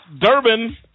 Durbin